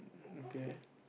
okay